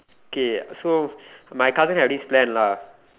K so my cousin have this plan lah